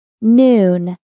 Noon